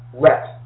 let